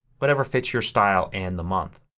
whatever fits your style and the month.